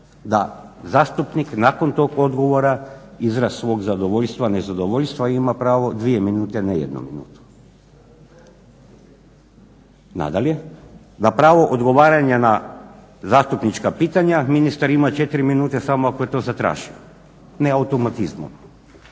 da zastupnik nakon tog odgovora izraz svoj zadovoljstva, nezadovoljstva ima pravo dvije minute ne jednu minutu. Nadalje, da pravo odgovaranja na zastupnička pitanja ministar ima četiri minute samo ako je to zatražio, ne automatizmom.